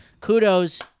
Kudos